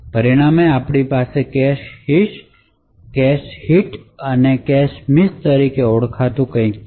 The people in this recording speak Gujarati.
પરિણામે આપણી પાસે કેશહિટ્સ અને કેશ મિસ તરીકે ઓળખાતું કંઈક છે